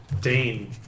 Dane